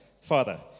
Father